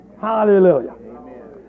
Hallelujah